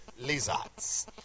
lizards